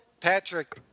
Patrick